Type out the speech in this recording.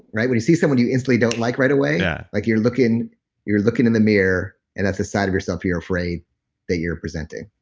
when you see someone you instantly don't like right away, yeah like you're looking you're looking in the mirror and that the side of yourself you're afraid that you're presenting.